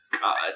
God